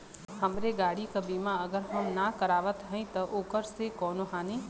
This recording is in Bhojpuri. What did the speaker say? हमरे गाड़ी क बीमा अगर हम ना करावत हई त ओकर से कवनों हानि?